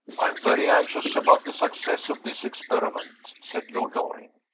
i am very anxious about the success of this experiment, said lord loring.